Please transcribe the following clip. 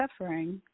suffering